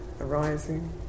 arising